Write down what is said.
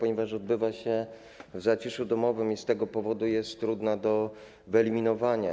Odbywa się w zaciszu domowym i z tego powodu jest trudna do wyeliminowania.